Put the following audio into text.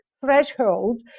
threshold